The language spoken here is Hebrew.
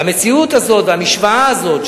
והמציאות הזאת והמשוואה הזאת,